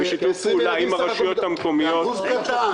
זה 20 ילדים בסך הכול, זה אחוז קטן.